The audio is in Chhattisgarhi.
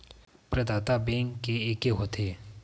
प्रदाता बैंक के एके होथे?